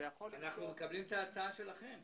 -- אנחנו מקבלים את ההצעה שלכם.